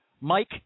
Mike